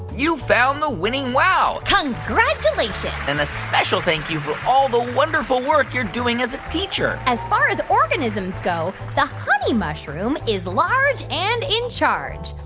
you found the winning wow congratulations and a special thank-you for all the wonderful work you're doing as a teacher as far as organisms go, the honey mushroom is large and in charge.